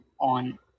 on